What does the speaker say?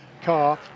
car